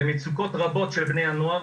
על מצוקות רבות של בני הנוער,